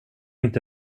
inte